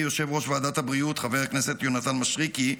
יושב-ראש ועדת הבריאות חבר הכנסת יונתן מישרקי,